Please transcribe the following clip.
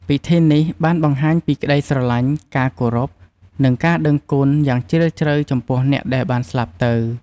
ពិធីនេះបានបង្ហាញពីក្ដីស្រឡាញ់ ការគោរព និងការដឹងគុណ យ៉ាងជ្រាលជ្រៅចំពោះអ្នកដែលបានស្លាប់ទៅ។